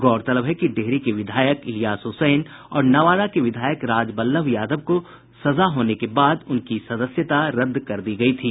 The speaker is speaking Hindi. गौरतलब है कि डेहरी के विधायक इलियास हसैन और नवादा के विधायक राजबल्लभ यादव को सजा होने के बाद उनकी सदस्यता रद्द कर दी गयी थी